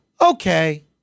Okay